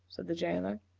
said the jailer.